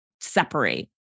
separate